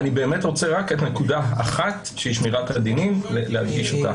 רק נקודה אחת, שמירת הדינים, אדגיש אותה.